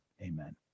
Amen